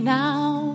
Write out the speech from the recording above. now